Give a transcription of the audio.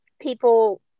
people